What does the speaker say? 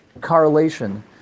correlation